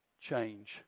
change